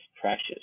precious